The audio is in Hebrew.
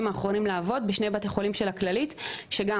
האחרונים לעבוד בשני בתי חולים של 'הכללית' שגם